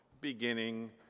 beginning